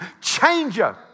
changer